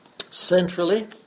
centrally